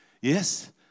Yes